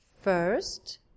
First